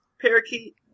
parakeet